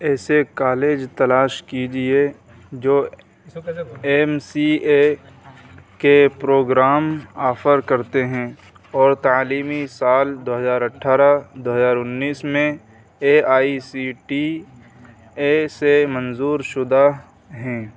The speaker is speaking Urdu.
ایسے کالج تلاش کیجیے جو ایم سی اے کے پروگرام آفر کرتے ہیں اور تعلیمی سال دو ہزار اٹھارہ دو ہزار انیس میں A I C T E سے منظور شدہ ہیں